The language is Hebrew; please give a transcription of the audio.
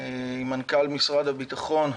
עם מנכ"ל משרד הביטחון,